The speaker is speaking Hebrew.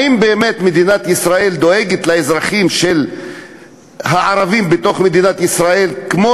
האם באמת מדינת ישראל דואגת לאזרחים הערבים במדינת ישראל כמו